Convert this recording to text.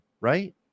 right